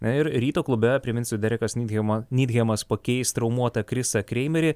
ir ryto klube priminsiu derekas nydhem nydhemas pakeis traumuotą krisą kreimerį